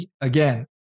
again